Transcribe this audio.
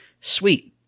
Sweet